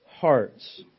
hearts